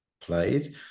played